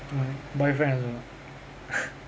why boyfriend also ah